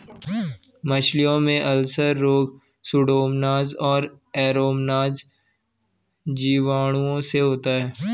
मछलियों में अल्सर रोग सुडोमोनाज और एरोमोनाज जीवाणुओं से होता है